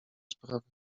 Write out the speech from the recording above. sprawy